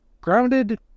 grounded